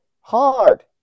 hard